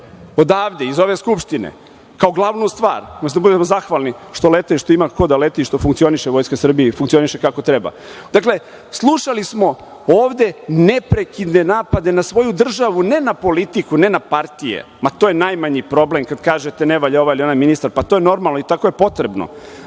odavde, iz ove Skupštine kao glavnu stvar, umesto da budemo zahvalni što lete i što ima ko da leti, što funkcioniše Vojska Srbije i funkcioniše kako treba. Dakle, slušali smo ovde neprekidne napade na svoju državu, ne na politiku, ne na partije, to je najmanji problem kad kažete ne valja ovaj ili onaj ministar, pa to je normalno i tako je potrebno,